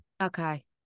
Okay